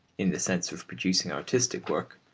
in the sense of producing artistic work,